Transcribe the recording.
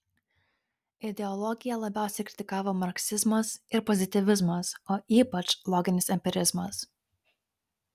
ideologiją labiausiai kritikavo marksizmas ir pozityvizmas o ypač loginis empirizmas